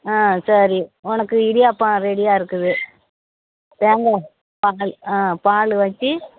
ஆ சரி உனக்கு இடியாப்பம் ரெடியாக இருக்குது தேங்காய் பால் ஆ பால் வச்சு